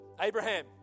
Abraham